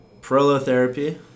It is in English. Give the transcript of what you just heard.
prolotherapy